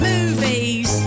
Movies